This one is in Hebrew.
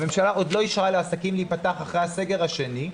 הממשלה עוד לא אישרה לעסקים להיפתח אחרי הסגר השני,